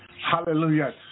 Hallelujah